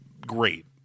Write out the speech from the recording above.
great